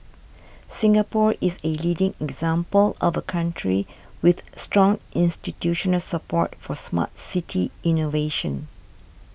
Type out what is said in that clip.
Singapore is a leading example of a country with strong institutional support for Smart City innovation